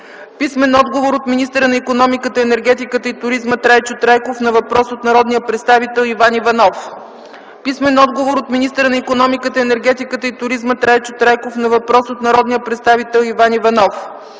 Писмен отговор от министъра на икономиката, енергетиката и туризма Трайчо Трайков на въпрос от народния представител Иван Иванов. Писмен отговор от министъра на икономиката, енергетиката и туризма Трайчо Трайков на въпрос от народния представител Иван Иванов.